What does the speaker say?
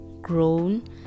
grown